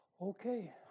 Okay